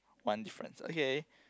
mine friends okay